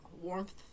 warmth